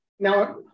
Now